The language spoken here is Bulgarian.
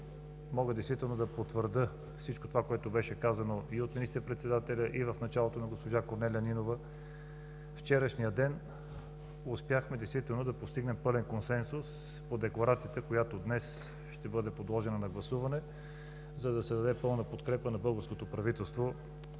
да потвърдя всичко, което беше казано и от министър-председателя, и в началото от госпожа Корнелия Нинова. Вчерашният ден успяхме да постигнем пълен консенсус по декларацията, която днес ще бъде подложена на гласуване, за да се даде пълна подкрепа на българското правителство